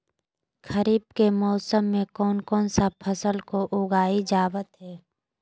खरीफ के मौसम में कौन कौन सा फसल को उगाई जावत हैं?